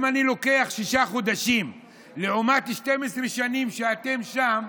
אם אני לוקח שישה חודשים לעומת 12 שנים שאתם שם,